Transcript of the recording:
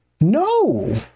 No